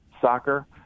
soccer